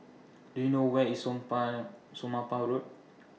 Do YOU know Where IS Somapah Road